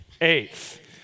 eighth